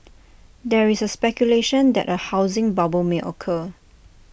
there is speculation that A housing bubble may occur